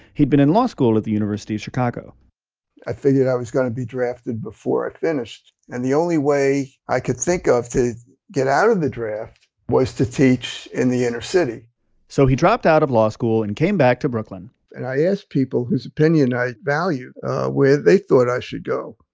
he'd been in law school at the university of chicago i figured i was going to be drafted before i finished. and the only way i could think of to get out of the draft was to teach in the inner city so he dropped out of law school and came back to brooklyn and i asked people whose opinion i value where they thought i should go.